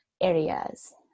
areas